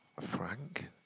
Frank